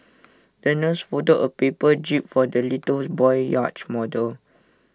the nurse folded A paper jib for the little boy's yacht model